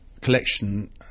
collection